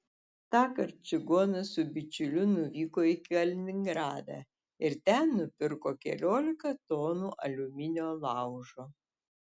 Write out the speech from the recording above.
tąkart čigonas su bičiuliu nuvyko į kaliningradą ir ten nupirko keliolika tonų aliuminio laužo